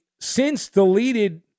since-deleted